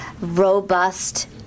robust